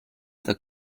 the